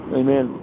amen